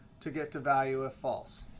to get to value if false.